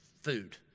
food